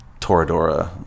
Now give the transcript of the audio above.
Toradora